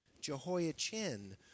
Jehoiachin